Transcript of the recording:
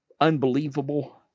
unbelievable